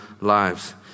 lives